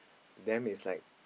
to them is like